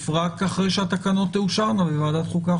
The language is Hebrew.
רק אחרי שהתקנות תאושרנה בוועדת החוקה,